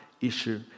issue